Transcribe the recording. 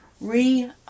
re